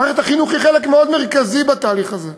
מערכת החינוך היא חלק מאוד מרכזי בתהליך הזה,